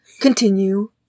Continue